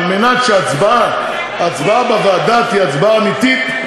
כדי שההצבעה בוועדה תהיה הצבעה אמיתית,